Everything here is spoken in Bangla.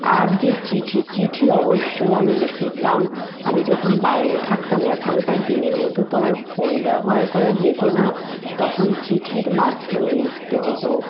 আর যে চিঠি চিঠি অবশ্যই আমি লিখতাম আমি যখন বাইরে থাকতাম এখনকার দিনের মতো তো আর ফোন ব্যবহার করা যেত না তখন চিঠির মাধ্যমে লিখতে হতো